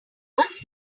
must